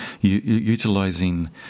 utilizing